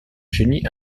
génie